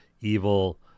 evil